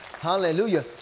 Hallelujah